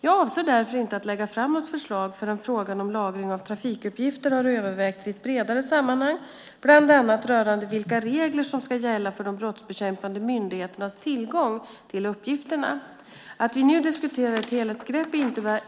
Jag avser därför inte att lägga fram något förslag förrän frågan om lagring av trafikuppgifter har övervägts i ett bredare sammanhang, bland annat rörande vilka regler som ska gälla för de brottsbekämpande myndigheternas tillgång till uppgifterna. Att vi nu diskuterar ett helhetsgrepp